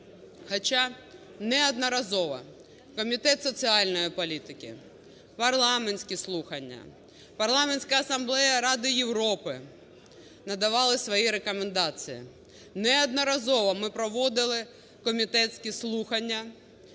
Хоча неодноразово Комітет соціальної політики, парламентські слухання, Парламентська асамблея Ради Європи надавали свої рекомендації. Неодноразово ми проводили комітетські слухання,